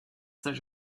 saint